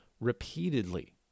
repeatedly